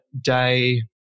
day